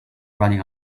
running